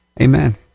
Amen